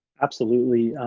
absolutely.